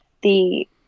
the-